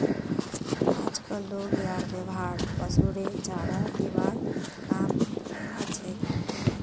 आजक लोग यार व्यवहार पशुरेर चारा दिबार काम हछेक